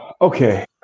Okay